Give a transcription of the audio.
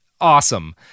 awesome